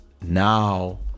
now